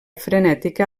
frenètica